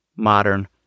Modern